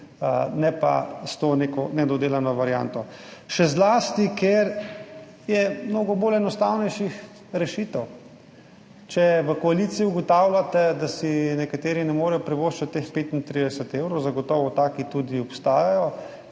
ne pa s to neko nedodelano varianto. Še zlasti, ker je mnogo enostavnejših rešitev. Če v koaliciji ugotavljate, da si nekateri ne morejo privoščiti teh 35 evrov, zagotovo tudi taki obstajajo,